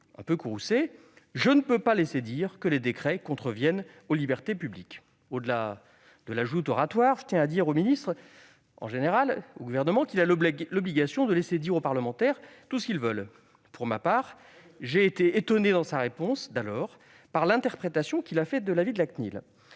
courroucé :« Je ne peux pas laisser dire que les décrets contreviennent aux libertés publiques. » Au-delà de la joute oratoire, je tiens à dire au Gouvernement qu'il a l'obligation de laisser dire aux parlementaires tout ce qu'ils veulent. Très bien ! Pour ma part, j'ai été étonné, dans sa réponse d'alors, par l'interprétation que le ministre a faite de l'avis de la CNIL.